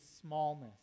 smallness